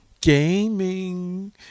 Gaming